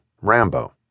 Rambo